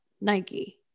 Nike